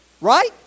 right